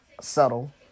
subtle